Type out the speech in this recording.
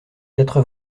quatre